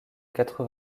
quatre